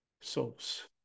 souls